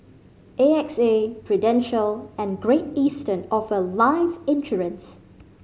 A X A Prudential and Great Eastern offer life insurance